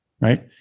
right